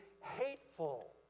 hateful